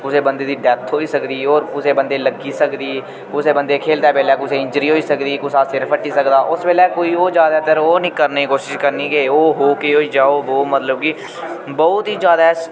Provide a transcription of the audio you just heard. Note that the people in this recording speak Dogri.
कुसै बंदे दी डेथ होई सकदी होर कुसै बंदे लग्गी सकदी कुसै बंदे खेलदे बेल्लै कुसै गी इंजरी होई सकदी कुसै दा सिर फट्टी सकदा उस बेल्लै कोई ओह् ज्यादातर ओह् नी करने दी कोशिश करनी कि ओह् हो केह् होई जा हो बो मतलब कि बहुत ही ज्यादै